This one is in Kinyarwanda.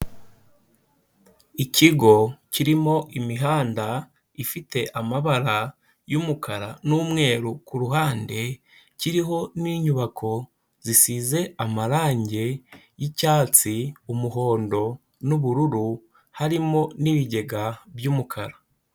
Ikigo kirimo imihanda ifite amabara y'umukara n'umweru ku ruhande, kiriho n'inyubako zisize amarangi y'icyatsi umuhondo n'ubururu, harimo n'ibigega by'umukara.